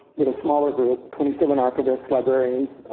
with a smaller group, twenty seven archivists, librarians,